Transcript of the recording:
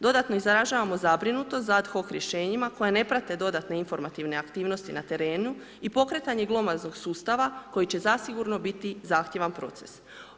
Dodatno izražavamo zabrinutost za ad hoc rješenjima koja ne prate dodatne informativne aktivnosti na terenu i pokretanje glomaznog sustava koji će zasigurno biti zahtjevan proces.